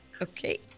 Okay